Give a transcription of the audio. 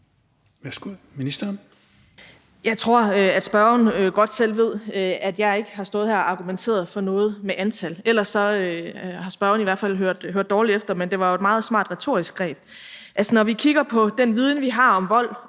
(Astrid Krag): Jeg tror, at spørgeren godt selv ved, at jeg ikke har stået her og argumenteret for noget med antal. Ellers har spørgeren i hvert fald hørt dårligt efter. Men det var jo et meget smart retorisk greb. Når vi kigger på den viden, vi har, om vold